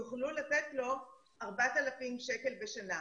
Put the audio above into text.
יוכלו לתת לו 4,000 שקל בשנה.